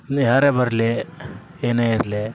ಇಲ್ಲಿ ಯಾರೇ ಬರಲಿ ಏನೇ ಇರಲಿ